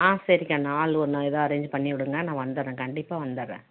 ஆ சரி கன்னு ஆள் ஒன்று எதா அரேஜ் பண்ணிவிடுங்க நான் வந்துடுறேன் கண்டிப்பாக வந்துடுறேன்